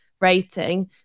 Rating